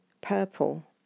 purple